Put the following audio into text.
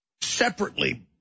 separately